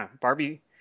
Barbie